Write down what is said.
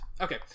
Okay